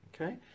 okay